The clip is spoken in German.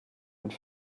und